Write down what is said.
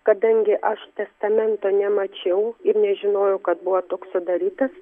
kadangi aš testamento nemačiau ir nežinojau kad buvo toks sudarytas